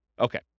Okay